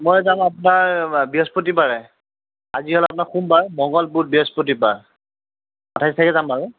মই যাম আপোনাৰ বৃহস্পতিবাৰে আজি হ'ল আপোনাৰ সোমবাৰে মংগল বুধ বৃহস্পতিবাৰ আঠাইছ তাৰিখে যাম আৰু